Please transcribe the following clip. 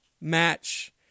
match